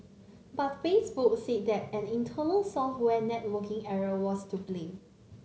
but Facebook said that an internal software networking error was to blame